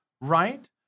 Right